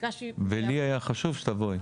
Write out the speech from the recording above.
ולי היה חשוב שתבואי.